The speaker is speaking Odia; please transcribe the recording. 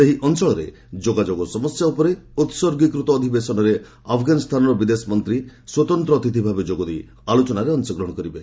ସେହି ଅଞ୍ଚଳରେ ଯୋଗାଯୋଗ ସମସ୍ୟା ଉପରେ ଉହର୍ଗୀକୃତ ଅଧିବେଶନରେ ଆଫଗାନିସ୍ତାନର ବିଦେଶ ମନ୍ତ୍ରୀ ସ୍ୱତନ୍ତ ଅତିଥି ଭାବେ ଯୋଗଦେଇ ଆଲୋଚନାରେ ଅଂଶଗ୍ରହଣ କରିବେ